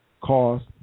cost